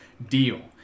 Deal